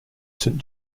saint